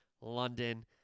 London